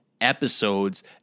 episodes